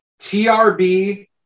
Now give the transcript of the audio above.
TRB